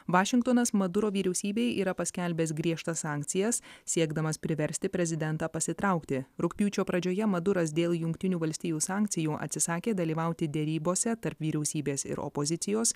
vašingtonas maduro vyriausybei yra paskelbęs griežtas sankcijas siekdamas priversti prezidentą pasitraukti rugpjūčio pradžioje maduras dėl jungtinių valstijų sankcijų atsisakė dalyvauti derybose tarp vyriausybės ir opozicijos